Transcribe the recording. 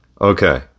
Okay